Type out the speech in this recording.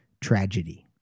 Tragedy